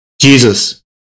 Jesus